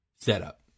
setup